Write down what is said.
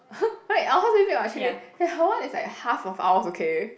right our house very big [what] actually her one is like half of ours okay